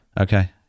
Okay